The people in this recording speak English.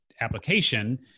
application